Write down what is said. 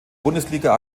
bundesliga